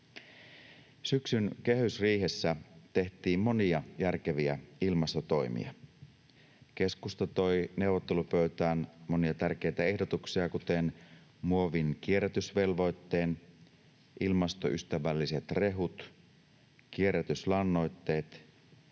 Syksyn kehysriihessä tehtiin monia järkeviä ilmastotoimia. Keskusta toi neuvottelupöytään monia tärkeitä ehdotuksia, kuten muovin kierrätysvelvoitteen, ilmastoystävälliset rehut, kierrätyslannoitteet,